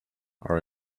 are